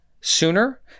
Sooner